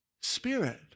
spirit